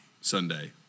Sunday